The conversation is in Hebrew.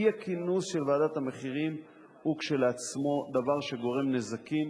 אי-הכינוס של ועדת המחירים הוא כשלעצמו דבר שגורם נזקים,